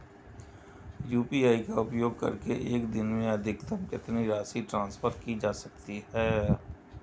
UPI का उपयोग करके एक दिन में अधिकतम कितनी राशि ट्रांसफर की जा सकती है?